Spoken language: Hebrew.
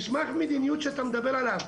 מסמך המדיניות שאתה מדבר עליו,